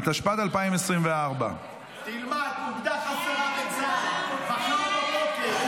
חסרה אוגדה מחר בבוקר.